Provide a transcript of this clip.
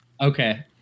Okay